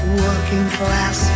working-class